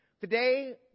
Today